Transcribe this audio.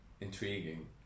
intriguing